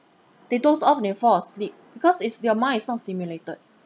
they doze off then fall asleep because it's their mind is not stimulated